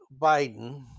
Biden